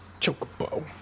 Chocobo